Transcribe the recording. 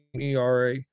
ERA